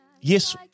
yes